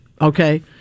Okay